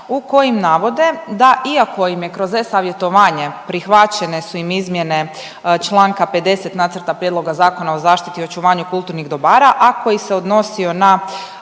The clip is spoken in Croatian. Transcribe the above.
u kojima navode da iako im je kroz e-Savjetovanje, prihvaćene su im izmjene čl. 50 nacrta prijedloga Zakona o zaštiti i očuvanju kulturnih dobara, a koji se odnosio na